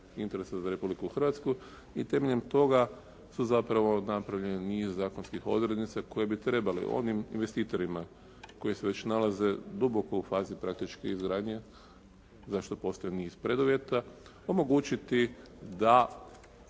interesa za Republiku Hrvatsku i temeljem toga su zapravo napravljeni niz zakonskih odrednica koje bi trebali onim investitorima koji se već nalaze duboko u fazi praktično izgradnje za što postoji niz preduvjeta, omogućiti da